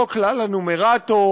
לא כלל הנומרטור,